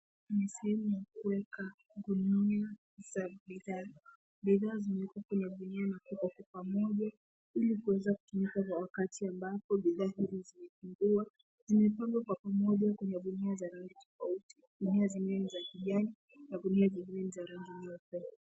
Ni sehemu ya kuweka gunia za bidhaa. Bidhaa zimeekwa kwenye gunia na kupakiwa pamoja, ili kuweza kutumika kwa wakati ambapo bidhaa hili zimepungua. Zimepangwa kwa pamoja kwenye gunia za rangi tofauti, gunia zingine ni za kijani na gunia zingine ni za rangi jeupe.